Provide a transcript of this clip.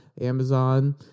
Amazon